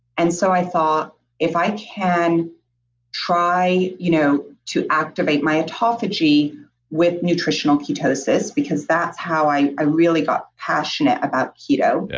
and so, i thought if i can try you know to activate my autophagy with nutritional ketosis because that's how i i really got passionate about keto.